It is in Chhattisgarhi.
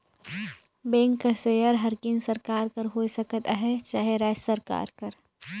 बेंक कर सेयर हर केन्द्र सरकार कर होए सकत अहे चहे राएज सरकार कर